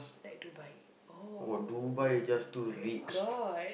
like Dubai oh oh-my-god